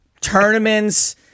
tournaments